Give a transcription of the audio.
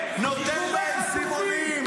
נותן בהם סימנים.